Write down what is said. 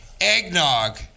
eggnog